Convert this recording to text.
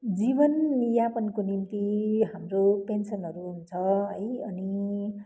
जीवनयापनको निम्ति हाम्रो पेन्सनहरू हुन्छ है अनि